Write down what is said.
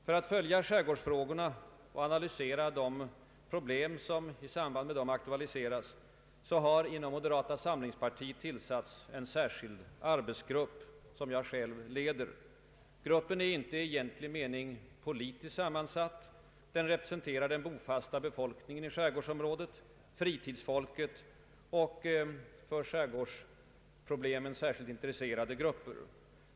För att följa skärgårdsfrågorna och analysera de problem som i samband med dem aktualiseras har inom moderata samlingspartiet tillsatts en särskild arbetsgrupp som jag själv leder. Gruppen är inte i egentlig mening politiskt sammansatt. Den representerar den bofasta befolkningen i skärgårdsområdet, fritidsfolket och för skärgårdsproblemen särskilt intresserade grupper.